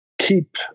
keep